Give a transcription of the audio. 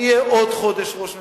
אני אהיה עוד חודש ראש ממשלה,